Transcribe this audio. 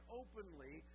openly